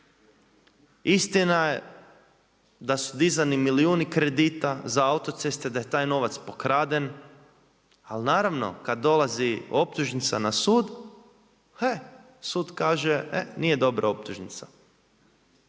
Istina je da su dizani milijuni kredita za autoceste, da je taj novac pokraden, ali naravno kada dolazi optužnica na sud, e sud kaže nije dobra optužnica.